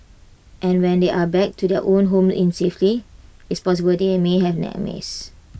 and when they are back to their own home in safety it's possible they may have nightmares